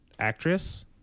Actress